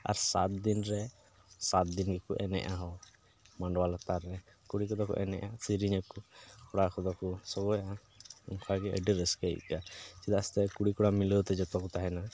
ᱟᱨ ᱥᱟᱛ ᱫᱤᱱ ᱨᱮ ᱥᱟᱛ ᱫᱤᱱ ᱜᱮᱠᱚ ᱮᱱᱮᱡᱼᱟ ᱦᱚᱲ ᱢᱟᱰᱣᱟ ᱞᱟᱛᱟᱨ ᱨᱮ ᱠᱩᱲᱤ ᱠᱚᱫᱚ ᱠᱚ ᱮᱱᱮᱡᱼᱟ ᱥᱮᱨᱮᱧ ᱟᱠᱚ ᱠᱚᱲᱟ ᱠᱚᱫᱚ ᱠᱚ ᱥᱚᱜᱚᱭᱟ ᱚᱱᱠᱟ ᱜᱮ ᱟᱹᱰᱤ ᱨᱟᱹᱥᱠᱟᱹ ᱟᱹᱭᱠᱟᱹᱜᱼᱟ ᱪᱮᱫᱟᱜ ᱥᱮ ᱠᱩᱲᱤᱼᱠᱚᱲᱟ ᱢᱤᱞᱟᱹᱣ ᱛᱮ ᱡᱚᱛᱚ ᱠᱚ ᱛᱟᱦᱮᱱᱟ